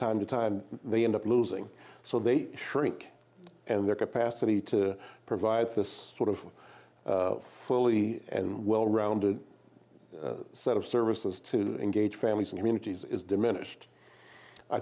time to time they end up losing so they shrink and their capacity to provide this sort of fully and well rounded set of services to engage families and communities is